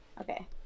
Okay